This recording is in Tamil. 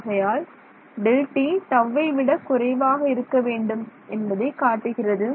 ஆகையால் Δt டவ் ஐ விட குறைவாக இருக்க வேண்டும் என்பதை காட்டுகிறது